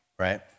Right